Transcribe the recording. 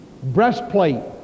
breastplate